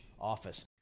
office